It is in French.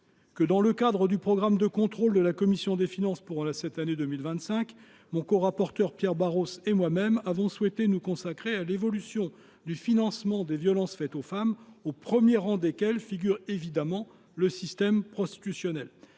dans le cadre du programme de contrôle de la commission des finances pour l’année 2025, Pierre Barros et moi même avons souhaité nous consacrer à l’évolution du financement des violences faites aux femmes, au premier rang desquelles figure évidemment le système prostitutionnel.